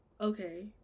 Okay